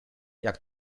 jak